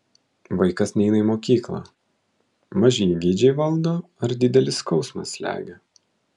vaikas neina į mokyklą maži įgeidžiai valdo ar didelis skausmas slegia